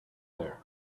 there